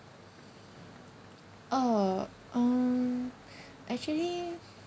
oh um actually